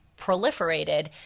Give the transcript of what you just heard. proliferated